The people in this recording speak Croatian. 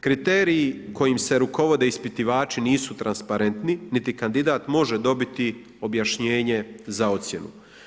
Kriteriji kojim se rukovode ispitivači nisu transparentni niti kandidat može dobiti objašnjenje za ocjenu.